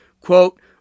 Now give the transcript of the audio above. Quote